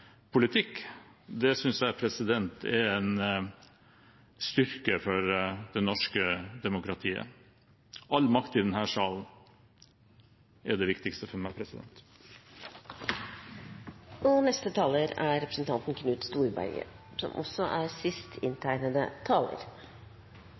politikk, synes jeg er en styrke for det norske demokratiet – all makt i denne salen er det viktigste for meg. Jeg mener det skal godt gjøres i denne debatten å ikke se på det vedtaket som